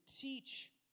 teach